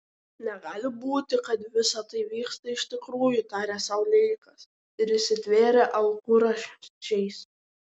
negali būti kad visa tai vyksta iš tikrųjų tarė sau leikas ir įsitvėrė alkūnramsčių